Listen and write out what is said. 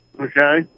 Okay